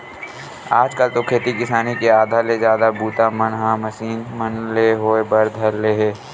आज कल तो खेती किसानी के आधा ले जादा बूता मन ह मसीन मन ले होय बर धर ले हे